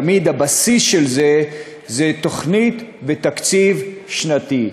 תמיד הבסיס של זה הוא תוכנית ותקציב שנתי.